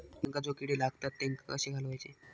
मुळ्यांका जो किडे लागतात तेनका कशे घालवचे?